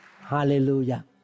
Hallelujah